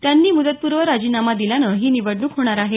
त्यांनी मुदतपूर्व राजीनामा दिल्यानं ही निवडणूक होणार आहे